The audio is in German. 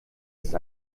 ist